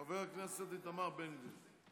חבר הכנסת איתמר בן גביר.